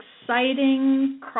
exciting